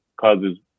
causes